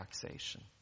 taxation